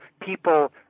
people